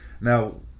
Now